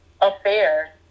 affair